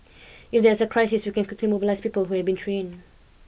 if there's a crisis we can quickly mobilise people who have been trained